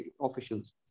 officials